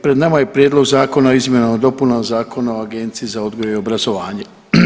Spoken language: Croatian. Pred nama je Prijedlog zakona o izmjenama i dopunama Zakona o Agenciji za odgoj i obrazovanje.